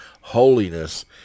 holiness